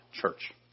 church